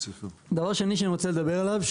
דבר שני שאני רוצה לדבר עליו,